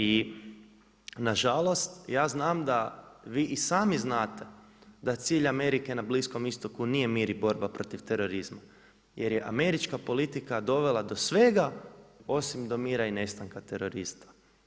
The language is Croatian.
I nažalost ja znam da vi i sami znate da cilj Amerike na Bliskom Istoku nije mir i borba protiv terorizma jer je politička politika dovela do svega osim do mira i nestanka terorista.